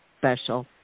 special